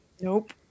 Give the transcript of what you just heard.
Nope